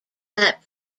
that